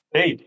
Hey